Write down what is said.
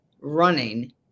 running